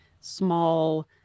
small